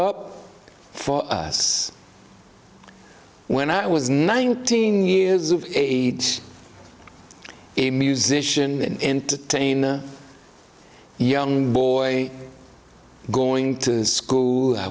up for us when i was nineteen years of age a musician in taina young boy going to school